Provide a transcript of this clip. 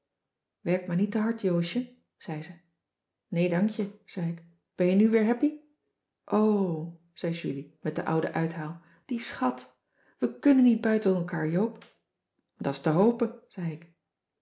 werk maar niet te hard joosje zei ze nee dank je zei ik ben je nu weer happy oo zei julie met den ouden uithaal die schat we kunnen niet buiten elkaar joop da's te hopen zei ik